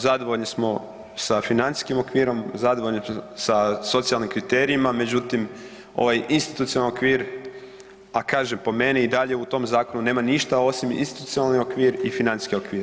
Zadovoljni smo sa financijskim okvirom, zadovoljni sa socijalnim kriterijima, međutim, ovaj institucionalni okvir, a kažem, po meni i dalje u tom zakonu nema ništa osim institucionalni okvir i financijski okvir.